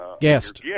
guest